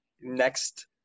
Next